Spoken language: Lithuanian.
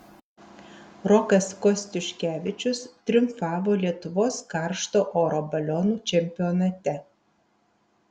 rokas kostiuškevičius triumfavo lietuvos karšto oro balionų čempionate